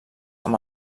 amb